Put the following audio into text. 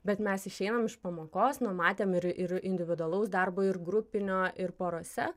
bet mes išeinam iš pamokos nu matėm ir ir individualaus darbo ir grupinio ir porose